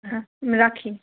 হ্যাঁ রাখি